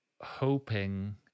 hoping